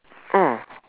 oh